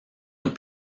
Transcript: nous